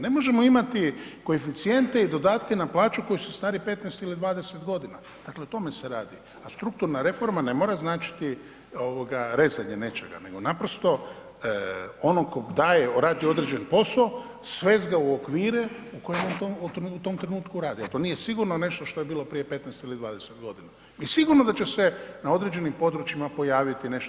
Ne možemo imati koeficijente i dodatke na plaću koji su stari 15 ili 20.g., dakle o tome se radi, a strukturna reforma ne mora značiti rezanje nečega, nego naprosto onog tko daje, radi određen poso, svest ga u okvire u kojem on to u tom trenutku radi, a to nije sigurno nešto što je bilo prije 15 ili 20.g. i sigurno da će se na određenim područjima pojaviti nešto.